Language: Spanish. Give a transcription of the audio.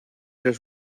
los